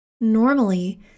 normally